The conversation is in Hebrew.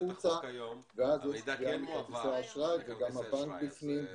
החוצה ואז יש פגיעה מכרטיסי האשראי וגם הבנק בפנים,